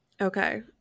Okay